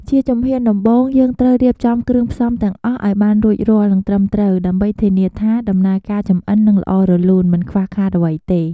ជាជំហានដំបូង យើងត្រូវរៀបចំគ្រឿងផ្សំទាំងអស់ឱ្យបានរួចរាល់ និងត្រឹមត្រូវ ដើម្បីធានាថា ដំណើរការចម្អិននឹងល្អរលូន មិនខ្វះខាតអ្វីទេ។